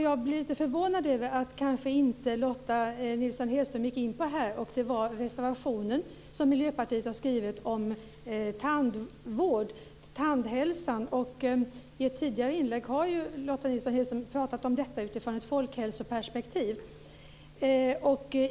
Jag blir lite förvånad över att Lotta Nilsson Hedström inte gick in på den reservation som Miljöpartiet har skrivit om tandvård och tandhälsa. I ett tidigare inlägg har Lotta Nilsson-Hedström pratat om detta utifrån ett folkhälsoperspektiv.